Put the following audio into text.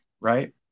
Right